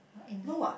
ah in a